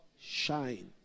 shine